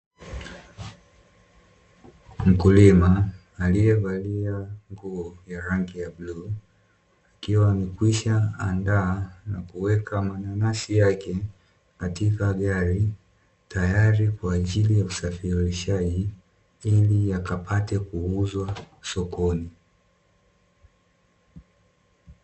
Mkulima aliyevalia nguo ya rangi ya bluu, akiwa amekwisha andaa na kuweka mananasi yake katika gari tayari kwa ajili ya usafirishaji ili yakapate kuuzwa sokoni.